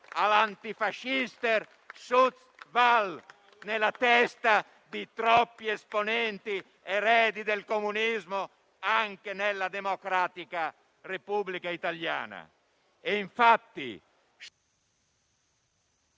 all'*antifaschistischer Schutzwall* nella testa di troppi esponenti, eredi del comunismo, anche nella democratica Repubblica italiana.